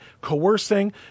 coercing